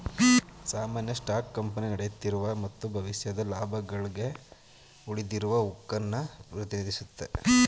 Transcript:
ಸಾಮಾನ್ಯ stock company ನಡೆಯುತ್ತಿರುವ ಮತ್ತು ಭವಿಷ್ಯದ ಲಾಭಗಳ್ಗೆ ಉಳಿದಿರುವ ಹಕ್ಕುನ್ನ ಪ್ರತಿನಿಧಿಸುತ್ತೆ